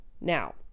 now